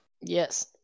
Yes